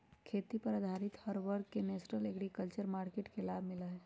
खेती पर आधारित हर वर्ग के नेशनल एग्रीकल्चर मार्किट के लाभ मिला हई